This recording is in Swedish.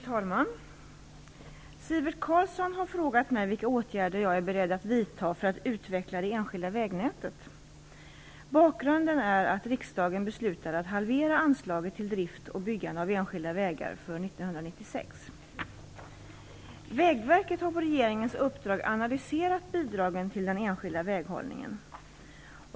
Fru talman! Sivert Carlsson har frågat mig vilka åtgärder jag är beredd att vidta för att utveckla det enskilda vägnätet. Bakgrunden är att riksdagen beslutade att halvera anslaget till drift och byggande av enskilda vägar för år 1996. Vägverket har på regeringens uppdrag analyserat bidragen till den enskilda väghållningen.